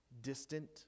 Distant